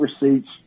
receipts